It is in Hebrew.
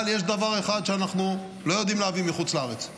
אבל יש דבר אחד שאנחנו לא יודעים להביא מחוץ לארץ,